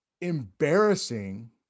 embarrassing